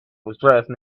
dressed